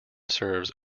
serves